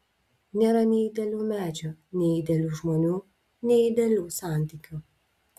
nėra nei idealių medžių nei idealių žmonių nei idealių santykių